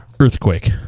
Earthquake